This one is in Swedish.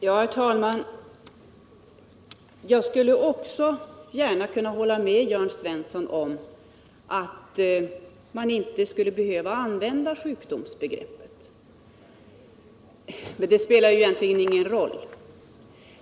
Herr talman! Jag skulle också gärna kunna hålla med Jörn Svensson om att man inte skulle behöva använda sjukdomsbegreppet. Men det spelar ju egentligen ingen roll.